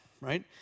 right